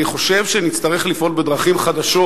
אני חושב שנצטרך לפעול בדרכים חדשות.